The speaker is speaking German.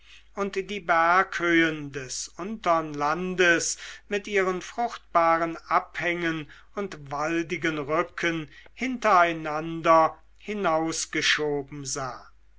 und die berghöhen des untern landes mit ihren fruchtbaren abhängen und waldigen rücken hintereinander hinausgeschoben sah